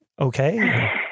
Okay